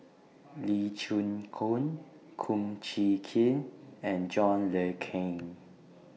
Lee Chin Koon Kum Chee Kin and John Le Cain